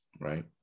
right